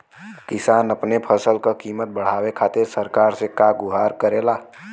किसान अपने फसल क कीमत बढ़ावे खातिर सरकार से का गुहार करेला?